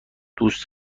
دوست